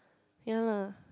ya lah